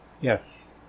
yes